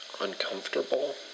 uncomfortable